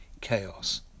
chaos